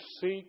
seek